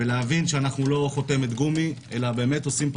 - ולהבין שאנו לא חותמת גומי אלא באמת עושים פה